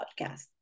podcast